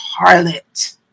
harlot